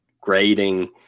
grading